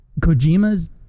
Kojima's